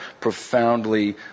profoundly